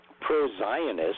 pro-Zionist